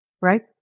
right